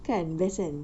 kan best kan